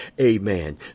amen